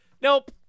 Nope